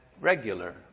regular